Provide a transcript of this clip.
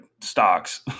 stocks